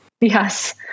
Yes